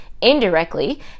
indirectly